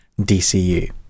DCU